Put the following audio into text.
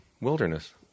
wilderness